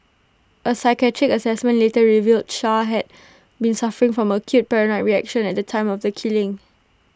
A psychiatric Assessment later revealed char had been suffering from acute paranoid reaction at the time of the killing